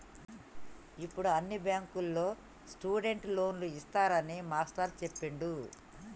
ఇప్పుడు అన్ని బ్యాంకుల్లో స్టూడెంట్ లోన్లు ఇస్తున్నారని మాస్టారు చెప్పిండు